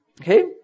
Okay